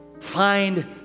find